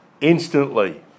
instantly